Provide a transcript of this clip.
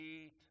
eat